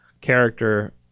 character